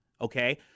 Okay